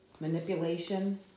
manipulation